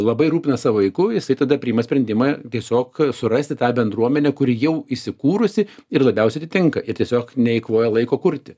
labai rūpinas savo vaiku jisai tada priima sprendimą tiesiog surasti tą bendruomenę kuri jau įsikūrusi ir labiausiai atitinka ir tiesiog neeikvoja laiko kurti